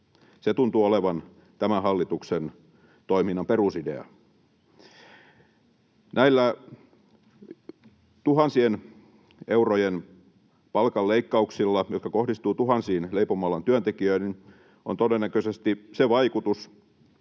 Se tuntuu olevan tämän hallituksen toiminnan perusidea. Näillä tuhansien eurojen palkanleikkauksilla, jotka kohdistuvat tuhansiin leipomoalan työntekijöihin, on todennäköisesti se vaikutus,